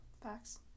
Facts